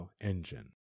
engine